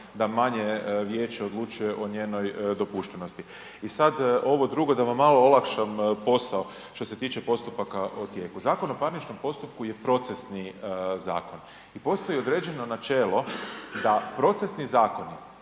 da manje vijeće odlučuje o njenoj dopuštenosti. I sad ovo drugo, da vam malo olakšam posao što se tiče postupaka u tijeku. ZPP je procesni zakon i postoji određeno načelo da procesni zakoni